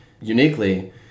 uniquely